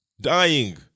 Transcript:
dying